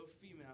female